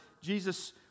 Jesus